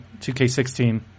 2K16